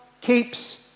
keeps